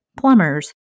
plumbers